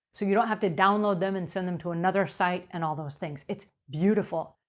so, you don't have to download them and send them to another site and all those things. it's beautiful.